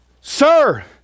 Sir